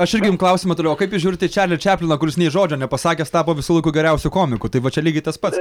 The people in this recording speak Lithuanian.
aš irgi jum klausimą turiu o kaip jūs žiūrit į čerlį čepliną kuris nė žodžio nepasakęs tapo visų laikų geriausiu komiku tai va čia lygiai tas pats